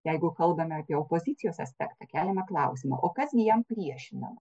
jeigu kalbame apie opozicijos aspektą keliame klausimą o kas gi jam priešinama